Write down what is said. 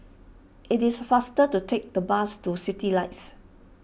it is faster to take the bus to Citylights